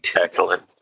excellent